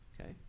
Okay